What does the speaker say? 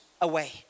away